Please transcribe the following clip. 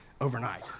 overnight